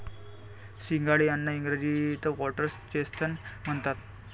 सिंघाडे यांना इंग्रजीत व्होटर्स चेस्टनट म्हणतात